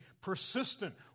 persistent